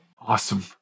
Awesome